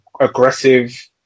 aggressive